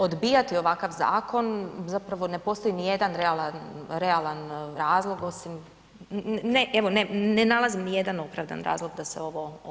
Odbijati ovakav zakon zapravo ne postoji nijedan realan razlog osim, evo, ne nalazim nijedan opravdan razlog da se ovo odbije.